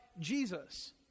Jesus